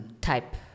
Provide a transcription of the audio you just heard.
type